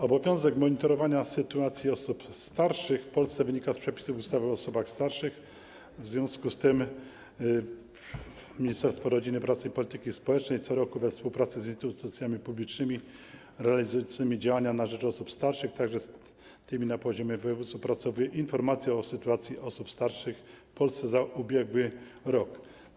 Obowiązek monitorowania sytuacji osób starszych w Polsce wynika z przepisów ustawy o osobach starszych, w związku z tym Ministerstwo Rodziny, Pracy i Polityki Społecznej co roku we współpracy z instytucjami publicznymi realizującymi działania na rzecz osób starszych, także z tymi na poziomie województw, opracowuje informację o sytuacji osób starszych w Polsce za ubiegły rok.